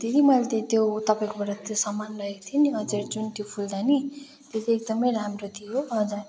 दिदी मैले चाहिँ त्यो तपाईँकोबाट त्यो सामान लगेको थिएँ नि हजुर जुन त्यो फुलदानी त्यो त एकदमै राम्रो थियो हजुर